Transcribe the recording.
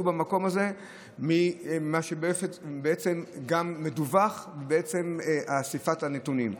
במקום הזה ממה שבעצם מדווח ומאיסוף הנתונים.